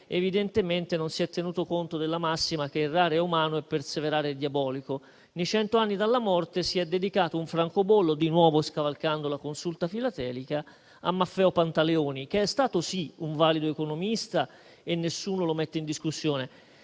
evidentemente non si è tenuto conto della massima che errare è umano, ma perseverare è diabolico. Nei cento anni dalla morte si è dedicato un francobollo, di nuovo scavalcando la consulta filatelica, a Maffeo Pantaleoni, che è stato, si, un valido economista e nessuno lo mette in discussione,